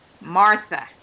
Martha